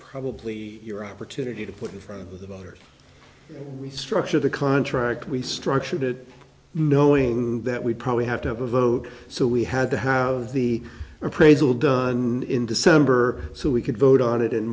probably your opportunity to put in front of the voters restructure the contract we structured it knowing that we probably have to have a vote so we had to have the appraisal done in december so we could vote on it in